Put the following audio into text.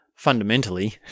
fundamentally